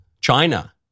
China